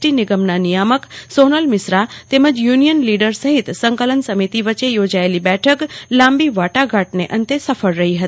T નિગમના નિયામક સોનલ મિશ્રા તેમજ યુનિયન લીડર સહીત સંકલન સમિતિ વચ્ચે યોજાયેલી બેઠક લાંબી વાટાઘાટને અંતે સફળ રહી હતી